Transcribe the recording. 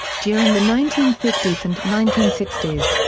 during the nineteen fifty s and nineteen sixty s,